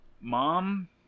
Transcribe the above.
mom